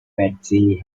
betsy